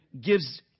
gives